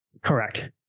Correct